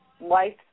life